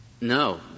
No